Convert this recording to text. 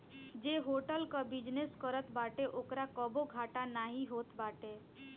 जे होटल कअ बिजनेस करत बाटे ओकरा कबो घाटा नाइ होत बाटे